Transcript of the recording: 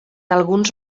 alguns